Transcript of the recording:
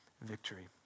victory